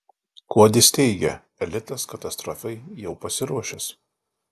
kuodis teigia elitas katastrofai jau pasiruošęs